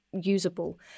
usable